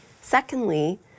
Secondly